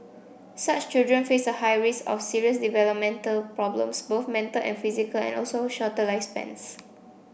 such children face a high risk of serious developmental problems both mental and physical and also shorter lifespans